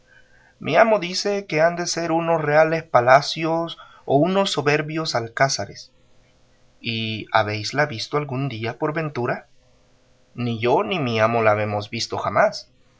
mi amo dice que han de ser unos reales palacios o unos soberbios alcázares y habéisla visto algún día por ventura ni yo ni mi amo la habemos visto jamás